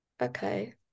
okay